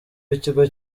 w’ikigo